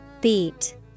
Beat